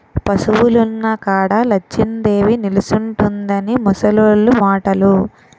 పశువులున్న కాడ లచ్చిందేవి నిలుసుంటుందని ముసలోళ్లు మాటలు